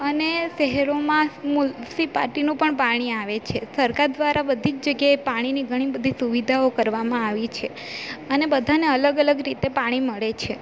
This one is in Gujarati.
અને શહેરોમાં મ્યુનીસીપાલીટીનું પણ પાણી આવે છે સરકાર દ્વારા બધી જગ્યાએ પાણીની ઘણી બધી સુવિધાઓ કરવામાં આવી છે અને બધાંને અલગ અલગ રીતે પાણી મળે છે